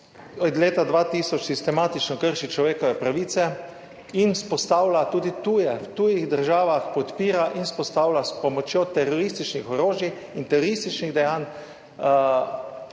od leta 2000 sistematično krši človekove pravice in vzpostavlja tudi v tujih državah podpira in vzpostavlja s pomočjo terorističnih orožij in terorističnih dejanj,